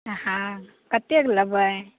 हँ कतेक लेबै